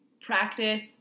practice